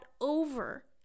Over